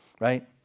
Right